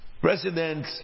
President